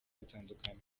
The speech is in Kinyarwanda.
gutandukana